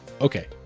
Okay